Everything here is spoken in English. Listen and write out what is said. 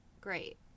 great